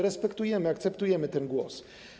Respektujemy, akceptujemy ten głos.